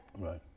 Right